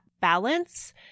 balance